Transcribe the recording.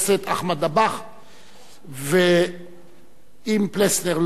ואם פלסנר לא יהיה אז אחרון הדוברים, אקוניס.